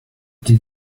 did